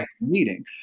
meeting